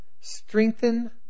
Strengthen